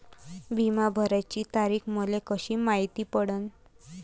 बिमा भराची तारीख मले कशी मायती पडन?